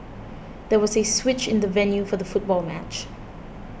there was a switch in the venue for the football match